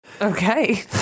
Okay